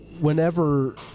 whenever